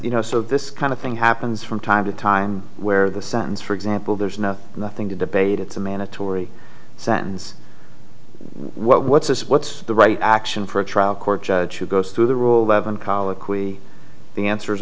you know sort of this kind of thing happens from time to time where the signs for example there's no nothing to debate it's a mandatory sentence what what's this what's the right action for a trial court judge who goes through the rule levon colloquy the answers